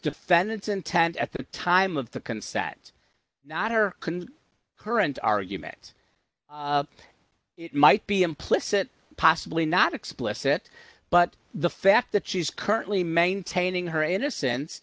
defendant's intent at the time of the consent not her current argument it might be implicit possibly not explicit but the fact that she's currently maintaining her innocence